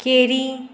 केरी